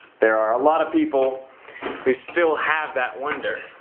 there are a lot of people who still have that wonder.